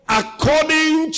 according